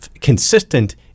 consistent